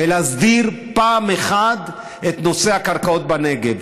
להסדיר פעם אחת את נושא הקרקעות בנגב.